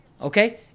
Okay